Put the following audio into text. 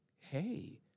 hey